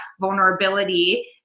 vulnerability